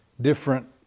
different